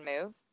move